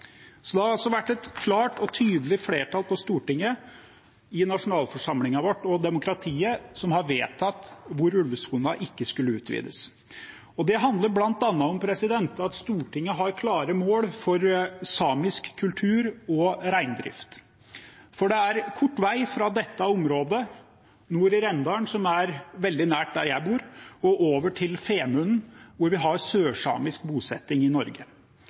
Det har altså vært et klart og tydelig flertall på Stortinget – nasjonalforsamlingen i demokratiet vårt – som har vedtatt hvor ulvesonen ikke skulle utvides. Det handler bl.a. om at Stortinget har klare mål for samisk kultur og reindrift. For det er kort vei fra dette området nord i Rendalen, som er veldig nært der jeg bor, og over til Femunden, hvor vi har sørsamisk bosetting i Norge.